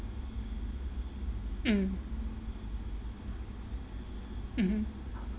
mm mmhmm